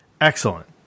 Excellent